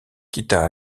quitta